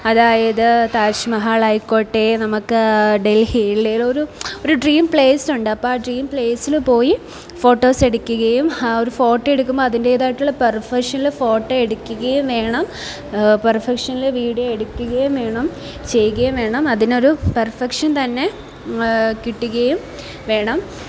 അതായത് താജ്മഹൽ ആയിക്കോട്ടെ നമുക്ക് ഡൽഹിയിൽ ഒരു ഒരു ഡ്രീം പ്ലേസ് ഉണ്ട് അപ്പം ആ ഡ്രീം പ്ലേസിൽ പോയി ഫോട്ടോസ് എടുക്കുകയും ആ ഒരു ഫോട്ടോ എടുക്കുമ്പോൾ അതിൻ്റെതായിട്ടുള്ള പെർഫെക്ഷനില് ഫോട്ടോ എടുക്കുകയും വേണം പെർഫെക്ഷനില് വീഡിയോ എടുക്കുകയും വേണം ചെയ്യുകയും വേണം അതിനൊരു പെർഫെക്ഷൻ തന്നെ കിട്ടുകയും വേണം